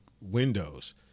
windows